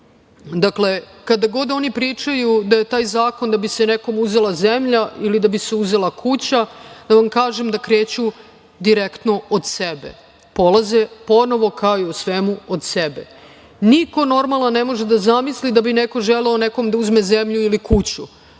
Požege. Kada god oni pričaju da je taj zakon da bi se nekome uzela zemlja ili da bi se uzela kuća, da vam kažem da kreću direktno od sebe. Polaze, ponovo, kao i u svemu, od sebe. Niko normalan ne može da zamisli da bi neko želeo nekom da uzme zemlju ili kuću.